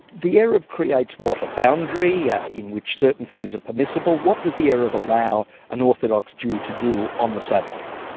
the eruv creates what, a boundary yeah in which certain things are permissible? what does the eruv allow an orthodox jew to do on the sabbath?